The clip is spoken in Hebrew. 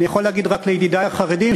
אני יכול להגיד רק לידידי החרדים,